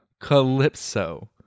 calypso